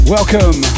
Welcome